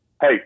Hey